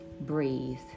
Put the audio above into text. Breathe